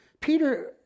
Peter